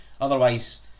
Otherwise